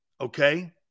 okay